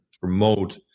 promote